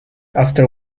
after